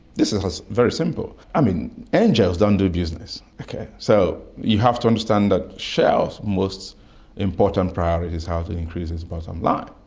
this is very simple. i mean angels don't do business, okay, so you have to understand that shell most important priority is how to increase its bottom line.